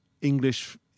English